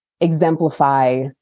exemplify